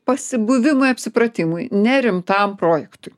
pasibuvimui apsipratimui nerimtam projektui